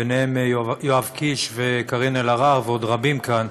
בהם יואב קיש וקארין אלהרר, ועוד רבים כאן,